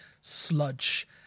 sludge